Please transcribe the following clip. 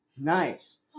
nice